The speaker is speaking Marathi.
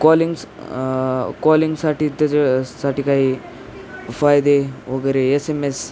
कॉलिंग्स कॉलिंगसाठी त्याच्यासाठी काही फायदे वगैरे एस एम एस